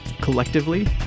collectively